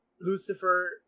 Lucifer